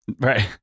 Right